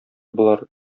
болар